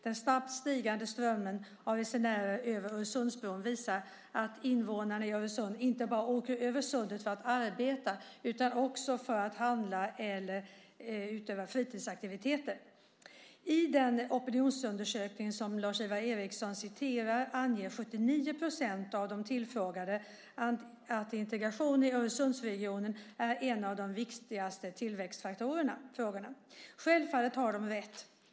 Den snabbt stigande strömmen av resenärer över Öresundsbron visar att Öresundsinvånarna inte bara åker över sundet för att arbeta utan även för att handla eller för fritidsaktiviteter. I den opinionsundersökning som Lars-Ivar Ericson citerar anger 79 % av de tillfrågade att integrationen i Öresundsregionen är en av de viktigaste tillväxtfrågorna. Självfallet har de rätt.